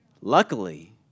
Luckily